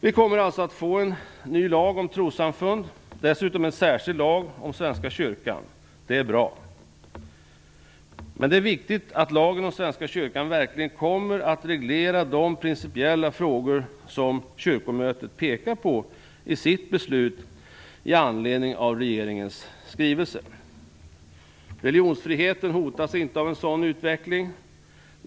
Vi kommer alltså att få en ny lag om trossamfund och dessutom en särskild lag om Svenska kyrkan. Det är bra. Men det är viktigt att lagen om Svenska kyrkan verkligen kommer att reglera de principiella frågor som Kyrkomötet pekar på i sitt beslut i anledning av regeringens skrivelse. Religionsfriheten hotas inte av en sådan utveckling.